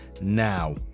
now